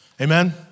Amen